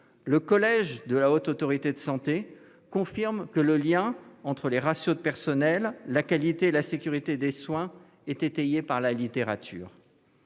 le collège de la Haute Autorité de santé (HAS) confirme que le lien entre les ratios de personnel, la qualité et la sécurité des soins est étayé par la littérature.